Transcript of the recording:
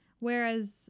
Whereas